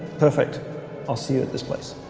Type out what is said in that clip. perfect i'll see you at this place